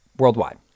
worldwide